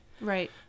right